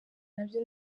nabyo